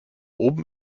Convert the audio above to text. oben